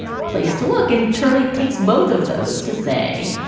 place to look in. turley takes both of those to say,